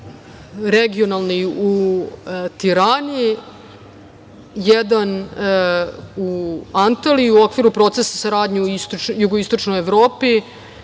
sastanak u Tirani, jedan u Antaliji u okviru procesa saradnje u jugoistočnoj Evropi.